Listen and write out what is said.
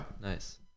nice